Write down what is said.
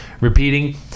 repeating